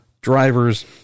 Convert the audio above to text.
drivers